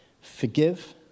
Forgive